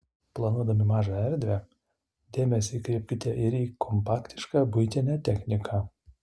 planuodami mažą erdvę dėmesį kreipkite ir į kompaktišką buitinę techniką